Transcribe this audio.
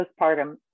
postpartum